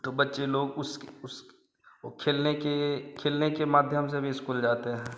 तो बच्चे लोग उस उस वो खेलने के खेलने के माध्यम से भी इस्कुल जाते हैं